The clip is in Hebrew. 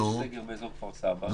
הסגר באזור כפר סבא,